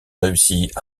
réussit